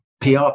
pr